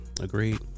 agreed